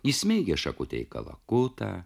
įsmeigia šakutę į kalakutą